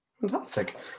Fantastic